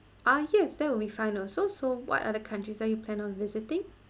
uh yes that will be fine also so what are the country are you plan on visiting